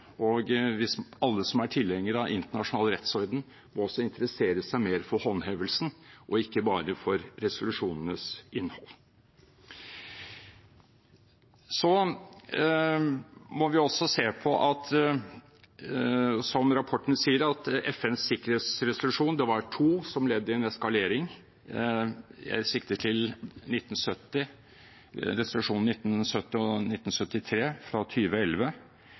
med hvis alle som er tilhengere av internasjonal rettsorden, også interesserer seg mer for håndhevelsen og ikke bare for resolusjonenes innhold. Vi må også se på, som rapporten sier, at FNs to sikkerhetsresolusjoner, som ledd i en eskalering – jeg sikter til resolusjonene 1970 og 1973 fra